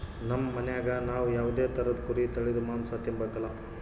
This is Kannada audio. ನಮ್ ಮನ್ಯಾಗ ನಾವ್ ಯಾವ್ದೇ ತರುದ್ ಕುರಿ ತಳೀದು ಮಾಂಸ ತಿಂಬಕಲ